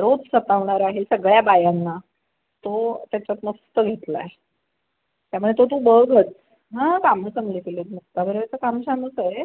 रोज सतावणार आहे सगळ्या बायांना तो त्याच्यात मस्त घेतला आहे त्यामुळे तो तू बघच हा कामं चांगली केली आहेत मुक्ता बर्वेचं काम छानच आहे